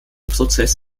prozess